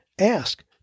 ask